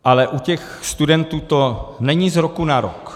Ale u těch studentů to není z roku na rok.